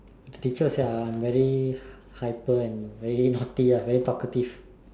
teacher said I am very hyper and very naughty ah very talkative